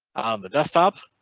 the desktop.